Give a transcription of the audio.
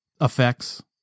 effects